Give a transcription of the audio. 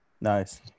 Nice